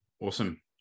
Awesome